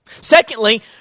Secondly